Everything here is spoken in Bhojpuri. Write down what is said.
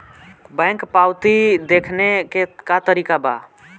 बैंक पवती देखने के का तरीका बा?